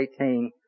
18